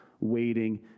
waiting